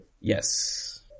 Yes